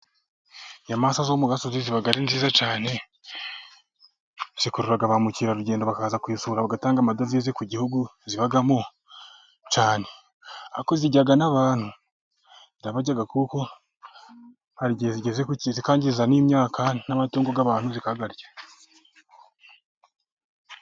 Inyamaswa zo mu gasozi ziba ari nziza cyane, zikurura ba mukerarugendo bakaza kuyisura bagatanga amadovize ku gihugu zibamo cyane. Ariko zirya n'abantu zirabarya kuko hari igihe zigeze ku kintu zikangiza n'imyaka, n'amatungo y'abantu zikayarya.